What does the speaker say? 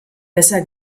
besser